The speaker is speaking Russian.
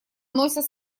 носят